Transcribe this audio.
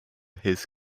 his